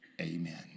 Amen